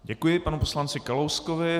Děkuji panu poslanci Kalouskovi.